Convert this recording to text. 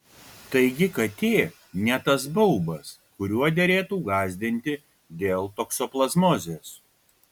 taigi katė ne tas baubas kuriuo derėtų gąsdinti dėl toksoplazmozės